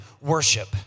worship